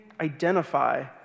identify